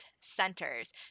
centers